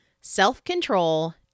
Self-control